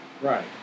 Right